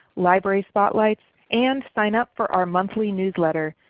library spotlights, and sign up for our monthly newsletter.